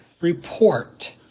report